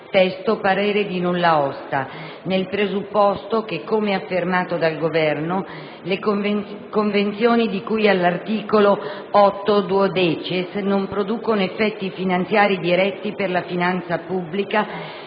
testo, parere di nulla osta, nel presupposto che, come affermato dal Governo, le convenzioni di cui all'articolo 8-*duodecies* non producono effetti finanziari diretti per la finanza pubblica